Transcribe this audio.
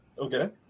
Okay